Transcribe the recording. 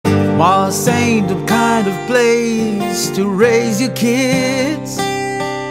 מס אין דו קאנד אוף פלייז, תו רייז יו קיידס